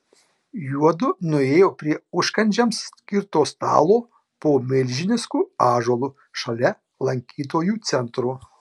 juodu nuėjo prie užkandžiams skirto stalo po milžinišku ąžuolu šalia lankytojų centro